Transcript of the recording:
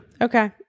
Okay